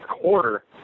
quarter